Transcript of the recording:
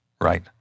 Right